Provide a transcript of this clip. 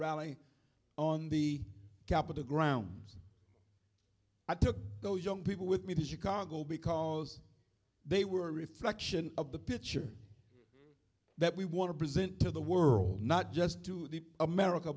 rally on the capitol grounds i took those young people with me to chicago because they were a reflection of the picture that we want to present to the world not just to the america